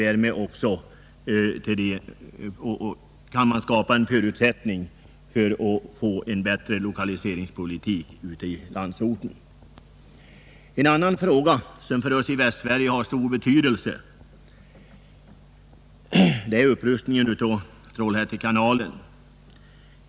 Därmed kan man skapa förutsättningar för en bättre lokaliseringspolitik ute i landsorten. En annan fråga som för oss i Västsverige har stor betydelse är upprustningen av Trollhätte kanal.